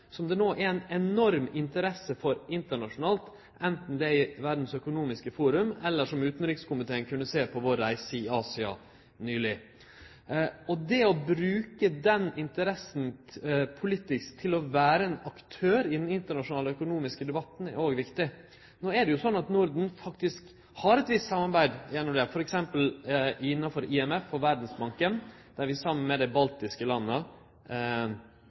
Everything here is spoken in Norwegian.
som det no er ei enorm interesse for internasjonalt, anten det er i verdas økonomiske fora eller som utanrikskomiteen kunne sjå at det var, på vår reise i Asia nyleg. Og det å bruke den interessa politisk til å vere ein aktør i den internasjonale økonomiske debatten er òg viktig. No er det jo slik at Norden faktisk har eit visst samarbeid når det gjeld dette, f.eks. innanfor IMF og Verdsbanken, saman med dei baltiske landa.